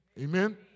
Amen